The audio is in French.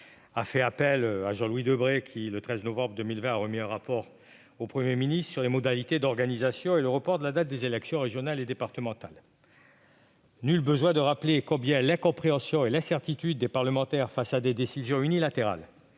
fait appel à Jean-Louis Debré, qui a remis le 13 novembre 2020 un rapport au Premier ministre sur les modalités d'organisation et le report de la date des élections régionales et départementales. Nul besoin de rappeler combien l'incompréhension et l'incertitude des parlementaires face à des décisions unilatérales